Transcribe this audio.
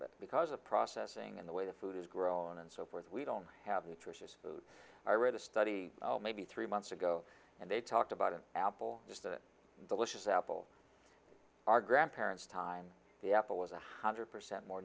that because of processing in the way the food is grown and so forth we don't have nutritious food i read a study maybe three months ago and they talked about an apple is that delicious apple our grandparents time the apple was a hundred percent more